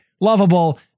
lovable